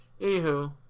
Anywho